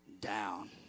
down